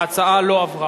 ההצעה לא עברה.